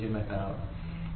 8 ശരി